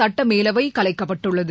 சுட்ட மேலவை கலைக்கப்பட்டுள்ளது